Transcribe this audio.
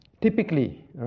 typically